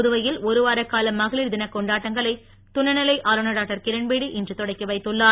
புதுவையில் ஒருவார கால மகளிர் தினக் கொண்டாட்டங்களை துணை நிலை ஆளுநர் டாக்டர் கிரண்பேடி இன்று தொடக்கி வைத்துள்ளார்